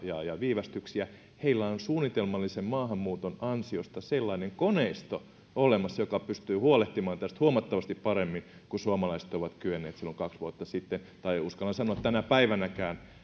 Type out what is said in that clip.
ja ja viivästyksiä heillä on suunnitelmallisen maahanmuuton ansiosta olemassa sellainen koneisto joka pystyy huolehtimaan tästä huomattavasti paremmin kuin suomalaiset ovat kyenneet silloin kaksi vuotta sitten tai uskallan sanoa tänä päivänäkään